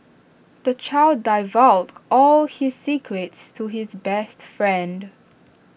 the child divulged all his secrets to his best friend